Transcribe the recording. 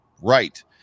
right